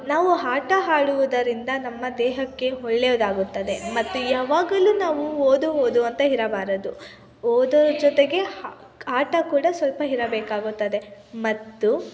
ನಾವು ಆಟ ಆಡುವುದರಿಂದ ನಮ್ಮ ದೇಹಕ್ಕೆ ಒಳ್ಳೆಯದಾಗುತ್ತದೆ ಮತ್ತು ಯಾವಾಗಲೂ ನಾವು ಓದು ಓದು ಅಂತ ಇರಬಾರದು ಓದೋದ್ರ ಜೊತೆಗೆ ಆ ಆಟ ಕೂಡ ಸ್ವಲ್ಪ ಇರಬೇಕಾಗುತ್ತದೆ ಮತ್ತು